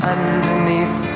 Underneath